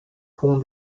pont